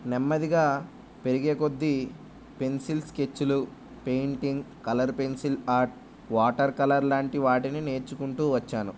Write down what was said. నెమ్మదిగా పెరిగే కొద్ది పెన్సిల్ స్కెచ్లు painting colour pencil art water colour లాంటి వాటిని నేర్చుకుంటూ వచ్చాను